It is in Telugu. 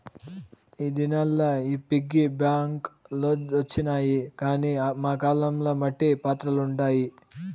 ఈ దినాల్ల ఈ పిగ్గీ బాంక్ లొచ్చినాయి గానీ మా కాలం ల మట్టి పాత్రలుండాయి